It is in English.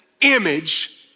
image